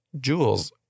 jewels